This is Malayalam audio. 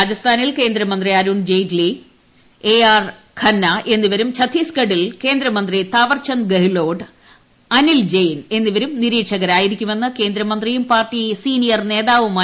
രാജസ്ഥാനിൽ കേന്ദ്രമന്ത്രി അരുൺജെയ്റ്റ്ലി എ ആർ ഖന്ന എന്നിവരും ഛത്തീസ്ഗഡിൽ കേന്ദ്രമന്ത്രി താവർചന്ദ് ഗെഹ്ലോട്ട് അനിൽ ജയിൻ എന്നിവും നിരീക്ഷകരായിരിക്കുമെന്ന് കേന്ദ്രമന്ത്രിയും പാർട്ടി സീനിയർ നേതാവുമായ ജെ പി നദ്ദ അറിയിച്ചു